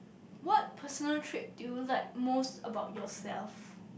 what personal trait do you like most about yourself